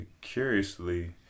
curiously